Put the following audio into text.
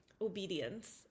obedience